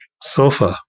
sofa